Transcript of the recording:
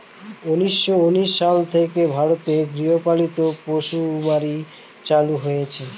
উনিশশো উনিশ সাল থেকে ভারতে গৃহপালিত পশুসুমারী চালু হয়েছে